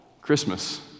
Christmas